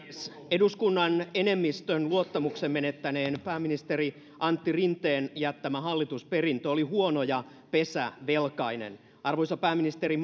eduskunnan enemmistön luottamuksen menettäneen pääministeri antti rinteen jättämä hallitusperintö oli huono ja pesä velkainen arvoisa pääministeri